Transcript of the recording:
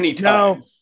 No